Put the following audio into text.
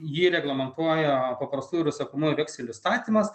jį reglamentuoja paprastųjų ir užsakomųjų vekselių įstatymas